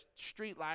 streetlight